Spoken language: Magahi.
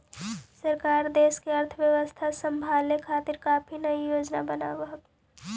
सरकार देश की अर्थव्यवस्था संभालने के खातिर काफी नयी योजनाएं बनाव हई